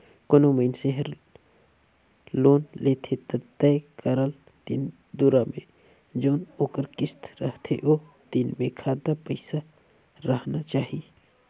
कोनो मइनसे हर लोन लेथे ता तय करल दिन दुरा में जउन ओकर किस्त रहथे ओ दिन में खाता पइसा राहना चाही